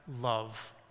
love